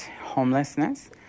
homelessness